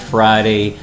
Friday